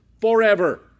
forever